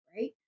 right